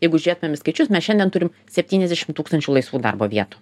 jeigu žiūrėtumėm į skaičius mes šiandien turim septyniasdešim tūkstančių laisvų darbo vietų